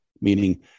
meaning